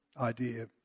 idea